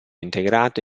integrato